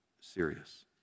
serious